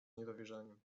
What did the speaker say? niedowierzaniem